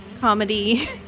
comedy